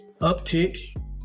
uptick